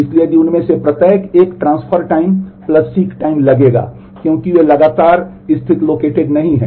इसलिए यदि उनमें से प्रत्येक एक ट्रांसफर टाइम सीक टाइम लगेगा क्योंकि वे लगातार स्थित नहीं हैं